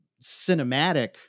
cinematic